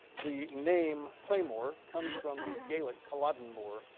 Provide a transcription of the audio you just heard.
the name claymore comes from the gaelic claidheamh mor,